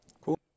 cool